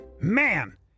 man